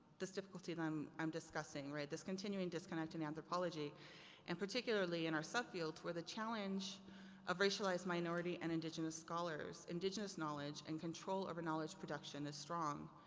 this difficulty, and i'm, i'm discussing, right, this continuing disconnecting anthropology and particularly in our subfield where the challenge challenge of racialized minority and indigenous scholars, indigenous knowledge and control over knowledge production is strong.